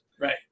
right